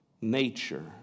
nature